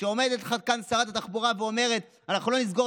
כשעומדת כאן שרת התחבורה ואומרת: אנחנו לא נסגור